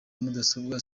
mudasobwa